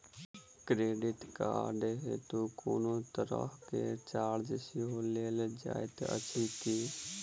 Credit card हेतु कोनो तरहक चार्ज सेहो लेल जाइत अछि की?